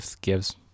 gives